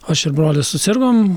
aš ir brolis susirgom